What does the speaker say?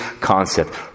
concept